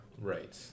Right